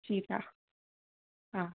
ಶೀತ ಹಾಂ